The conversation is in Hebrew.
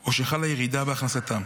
או שחלה ירידה בהכנסתם.